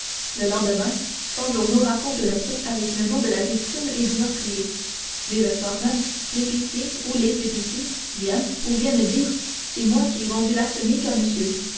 le lendemain cent journaux racontent le fait avec le nom de la victime et du meurtrier dès le soir même l'épicier ou les épiciers vient ou viennent dire c'est moi qui ai vendu l'arsenic à monsieur